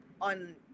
on